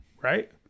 right